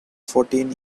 fourteen